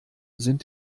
sind